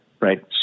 Right